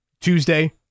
Tuesday